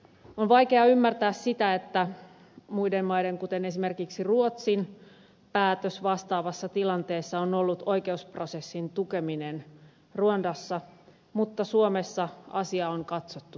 on vaikea ymmärtää sitä että muiden maiden kuten esimerkiksi ruotsin päätös vastaavassa tilanteessa on ollut oikeusprosessin tukeminen ruandassa mutta suomessa asia on katsottu toisin